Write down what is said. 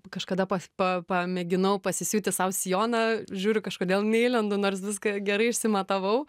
kažkada pas pa pamėginau pasisiūti sau sijoną žiūriu kažkodėl neįlendu nors viską ir gerai išsimatavau